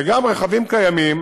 וגם רכבים קיימים,